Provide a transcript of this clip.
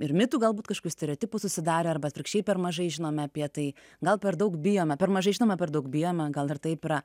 ir mitų galbūt kažkokių stereotipų susidarę arba atvirkščiai per mažai žinome apie tai gal per daug bijome per mažai žinome per daug bijoma gal ir taip yra